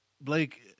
Blake